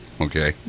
okay